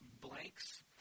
blanks